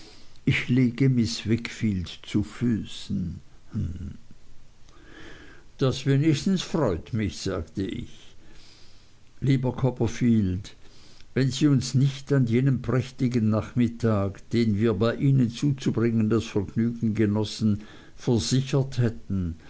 ich liege miß wickfield zu füßen hem das wenigstens freut mich sagte ich lieber copperfield wenn sie uns nicht an jenem prächtigen nachmittag den wir bei ihnen zuzubringen das vergnügen genossen versichert hätten